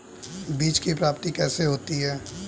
बीज की प्राप्ति कैसे होती है?